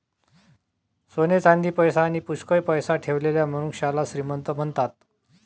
सोने चांदी, पैसा आणी पुष्कळ पैसा ठेवलेल्या मनुष्याला श्रीमंत म्हणतात